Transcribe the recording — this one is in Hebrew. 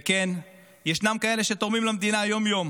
וכן, ישנם כאלה שתורמים למדינה יום-יום